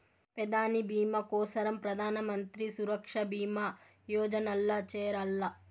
పెదాని బీమా కోసరం ప్రధానమంత్రి సురక్ష బీమా యోజనల్ల చేరాల్ల